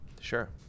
Sure